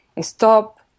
stop